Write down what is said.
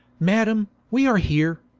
madam, we are heere